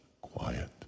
quiet